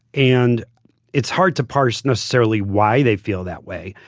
and it's hard to parse necessarily why they feel that way.